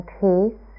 peace